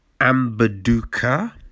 Ambaduka